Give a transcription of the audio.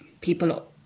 people